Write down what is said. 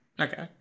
Okay